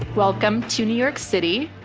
welcome to new york city.